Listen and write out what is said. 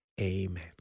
Amen